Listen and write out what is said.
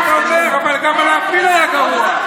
אבל גם, הוא היה גרוע.